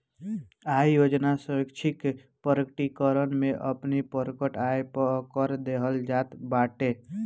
आय योजना स्वैच्छिक प्रकटीकरण में अपनी प्रकट आय पअ कर देहल जात बाटे